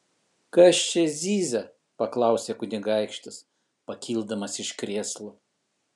kas čia zyzia paklausė kunigaikštis pakildamas iš krėslo